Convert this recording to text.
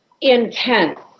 Intense